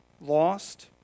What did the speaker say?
lost